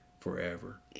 forever